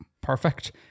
perfect